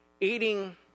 eating